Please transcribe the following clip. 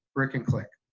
brick and click.